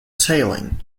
sailing